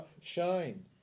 shine